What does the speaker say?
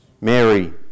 Mary